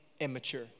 immature